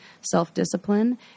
self-discipline